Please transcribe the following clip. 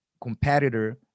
competitor